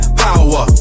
power